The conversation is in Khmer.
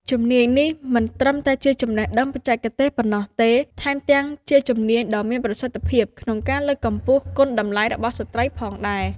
ជំនាញនេះមិនត្រឹមតែជាចំណេះដឹងបច្ចេកទេសប៉ុណ្ណោះទេ ថែមទាំងជាជំនាញដ៏មានប្រសិទ្ធភាពក្នុងការលើកកម្ពស់គុណតម្លៃរបស់ស្ត្រីផងដែរ។